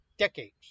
decades